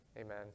amen